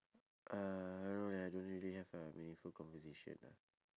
uh I don't know leh I don't really have a meaningful conversation ah